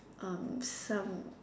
um some